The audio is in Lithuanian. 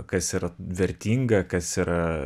kas yra vertinga kas yra